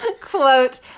quote